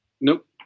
Nope